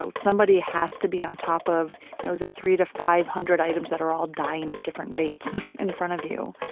so somebody has to be on top of you know the three hundred to five hundred items that are all dying at different rates in front of you.